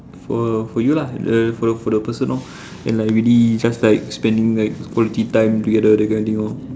for for you lah the for the for the person lor and like really just like spending like quality time together that kind of thing lor